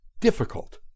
difficult